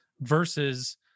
versus